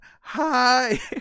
Hi